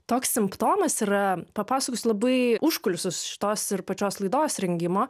toks simptomas yra papasakosiu labai užkulisius šitos ir pačios laidos rengimo